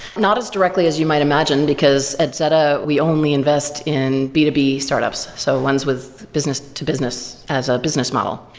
not as directly as you might imagine, because at zetta we only invest in b two b startups, so ones with business to business as a business model.